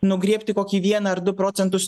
nugriebti kokį vieną ar du procentus